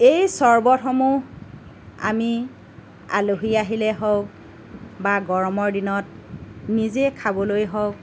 এই চৰ্বতসমূহ আমি আলহী আহিলে হওক বা গৰমৰ দিনত নিজে খাবলৈ হওক